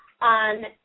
on